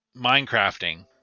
minecrafting